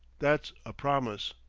that's a promise.